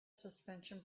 suspension